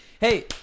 Hey